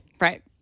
Right